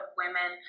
women